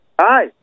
Hi